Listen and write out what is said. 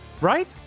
right